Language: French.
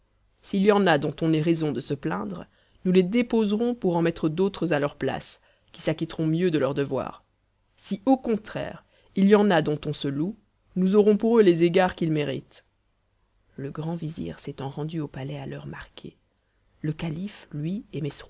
s'il y en a dont on ait raison de se plaindre nous les déposerons pour en mettre d'autres à leurs places qui s'acquitteront mieux de leur devoir si au contraire il y en a dont on se loue nous aurons pour eux les égards qu'ils méritent le grand vizir s'étant rendu au palais à l'heure marquée le calife lui